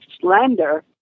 slender